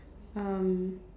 um